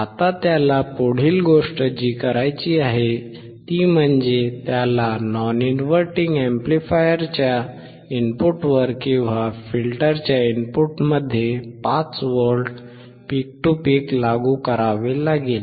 आता त्याला पुढील गोष्ट जी करायची आहे ती म्हणजे त्याला नॉन इनव्हर्टिंग अॅम्प्लिफायरच्या इनपुटवर किंवा फिल्टरच्या इनपुटमध्ये 5V पीक टू पीक लागू करावे लागेल